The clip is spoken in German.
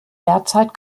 derzeit